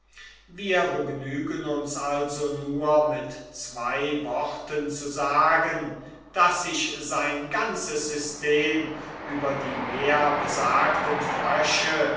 wir begnügen uns also nur mit zwei worten zu sagen daß sich sein ganzes system über die mehrbesagten frösche